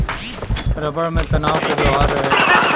rubber में तनाव क व्यवहार रहेला